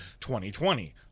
2020